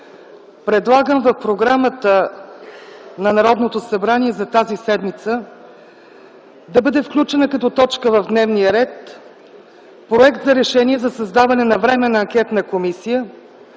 предлагам в програмата на Народното събрание за тази седмица да бъде включен като точка в дневния ред проект за решение за създаване на временна анкетна комисия